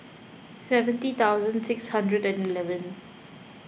seventy thousand six hundred and eleven